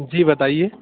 جی بتائیے